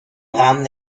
rahmen